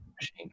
machine